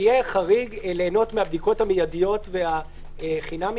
שיהיה חריג ליהנות מהבדיקות המיידות והחינמיות